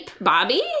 Bobby